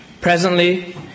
Presently